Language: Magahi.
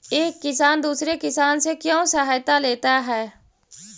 एक किसान दूसरे किसान से क्यों सहायता लेता है?